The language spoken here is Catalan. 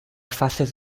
faces